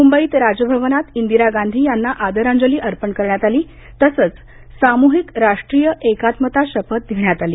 मुंबईत राजभवनात इंदिराजींना आदरांजली अर्पण करण्यात आली तसंच साम्हिक राष्ट्रीय एकात्मता शपथ घेण्यात आली